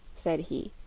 said he,